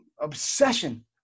obsession